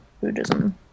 Buddhism